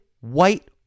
white